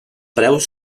preus